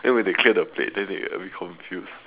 then when they clear the plates then they a bit confused